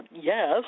yes